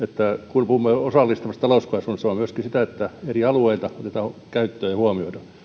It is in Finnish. kun puhumme osallistumisesta talouskasvuun niin se on myöskin sitä että eri alueita otetaan käyttöön ja huomioidaan